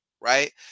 right